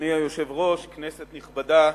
אדוני היושב-ראש, כנסת נכבדה,